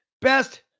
best